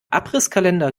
abrisskalender